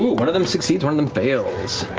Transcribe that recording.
one of them succeeds, one of them fails.